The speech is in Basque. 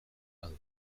badu